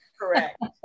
Correct